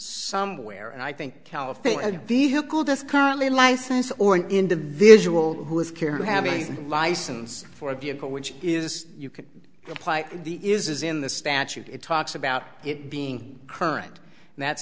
some where and i think california a vehicle that's currently license or an individual who has care to have a license for a vehicle which is you can apply the is in the statute it talks about it being current and that's